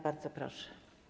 Bardzo proszę.